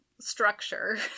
structure